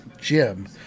gym